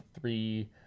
three